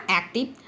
active